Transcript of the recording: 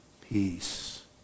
peace